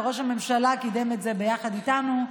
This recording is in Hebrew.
וראש הממשלה קידם את זה ביחד איתנו.